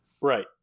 Right